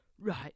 Right